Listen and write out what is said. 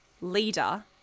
leader